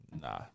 Nah